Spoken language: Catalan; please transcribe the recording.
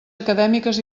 acadèmiques